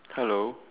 hello